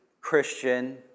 Christian